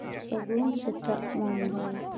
ᱥᱟᱹᱜᱩᱱ ᱥᱮᱛᱟᱜ ᱢᱩᱢᱵᱟᱭ